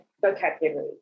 vocabulary